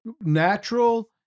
natural